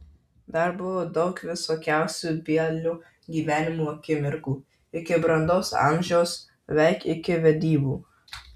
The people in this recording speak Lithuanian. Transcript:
dar buvo daug visokiausių bielio gyvenimo akimirkų iki brandaus amžiaus beveik iki vedybų